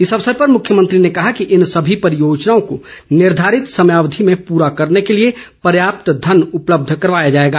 इस अवसर पर मुख्यमंत्री ने कहा कि इन सभी परियोजनाओं को निर्धारित समय अवधि में पूरा करने के लिए पर्याप्त धन उपलब्ध करवाया जाएगा